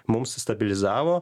mums stabilizavo